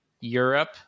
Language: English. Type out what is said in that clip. Europe